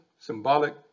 symbolic